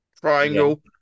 triangle